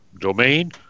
domain